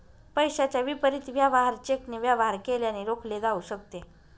पैशाच्या विपरीत वेवहार चेकने वेवहार केल्याने रोखले जाऊ शकते